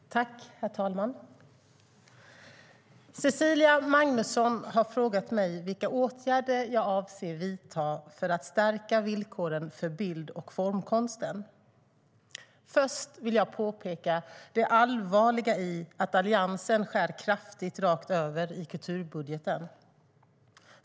Svar på interpellationFörst vill jag påpeka det allvarliga i att Alliansen skär kraftigt rakt över i kulturbudgeten.